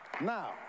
Now